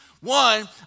One